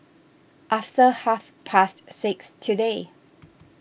after half past six today